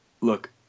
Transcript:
look